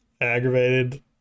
aggravated